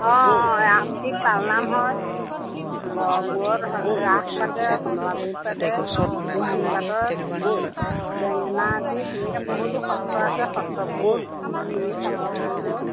অঁ অঁ ৰামটিত পালনাম হয় গড়মূৰত ৰাস পাতে কমলাবাৰীত পাতে দক্ষিণপাটত বেঙেনাআটি তেনেকৈ বহুতো সত্ৰ আছে সত্ৰবোৰ ফুলি মেলি চাব পাৰিব